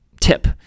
tip